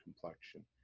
complexion